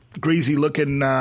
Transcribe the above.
greasy-looking